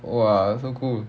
!wah! so cool